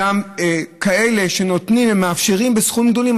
עם אלה שנותנים ומאפשרים בסכומים גדולים.